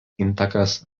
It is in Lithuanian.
intakas